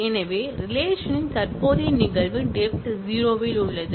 எனவே ரிலேஷன்ன் தற்போதைய நிகழ்வு டெப்த்0 இல் உள்ளது